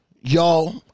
Y'all